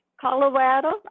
Colorado